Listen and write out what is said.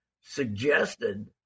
suggested